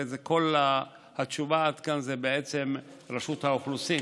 כל התשובה עד כאן זה בעצם רשות האוכלוסין,